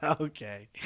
Okay